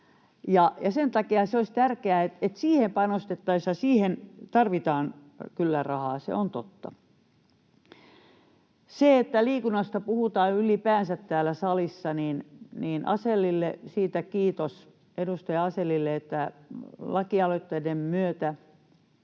sen takia olisi tärkeää, että siihen panostettaisiin, ja siihen tarvitaan kyllä rahaa, se on totta. Siitä, että liikunnasta ylipäänsä puhutaan täällä salissa, kiitos edustaja Asellille. Lakialoitteiden myötä